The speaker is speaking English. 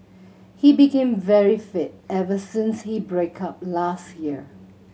he became very fit ever since he break up last year